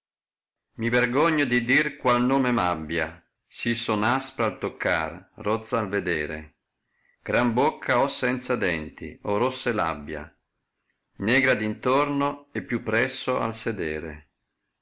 i vergogno di dir qual nome m abbia sì son aspra al toccar rozza al vedere gran bocca ho senza denti ho rosse labbia negra d'intorno e più presso al sedere